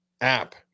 app